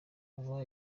aba